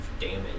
damage